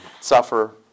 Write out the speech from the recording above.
suffer